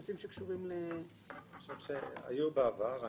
נושאים שקשורים --- אני חושב שהיו בעבר.